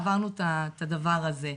עברנו את הדבר הזה.